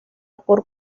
por